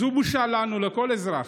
זו בושה לנו, לכל אזרח,